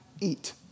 eat